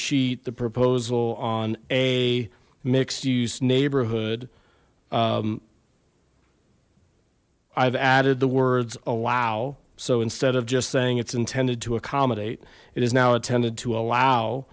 sheet the proposal on a mixed use neighborhood i've added the words allow so instead of just saying its intended to accommodate it is now attended to allow